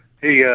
Hey